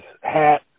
hat